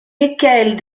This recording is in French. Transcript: lesquels